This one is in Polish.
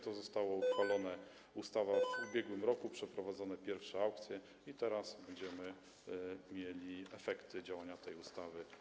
To zostało uchwalone ustawą, w ubiegłym roku przeprowadzono pierwsze aukcje i teraz będziemy mieli efekty działania tej ustawy.